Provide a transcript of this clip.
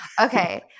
Okay